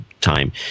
time